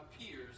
appears